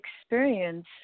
experience